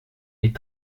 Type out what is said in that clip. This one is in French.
est